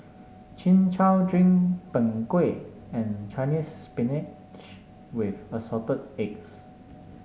Chin Chow Drink Png Kueh and Chinese Spinach with Assorted Eggs